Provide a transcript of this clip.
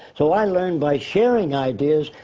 so i learned by sharing ideas,